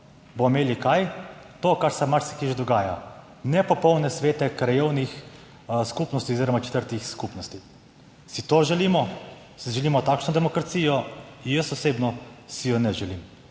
imeli – kaj? To, kar se marsikje že dogaja: nepopolne svete krajevnih skupnosti oziroma četrtnih skupnosti. Si tega želimo? Si želimo takšno demokracijo? Jaz osebno si je ne želim.